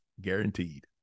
guaranteed